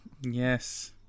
Yes